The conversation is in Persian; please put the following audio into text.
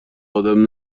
آدم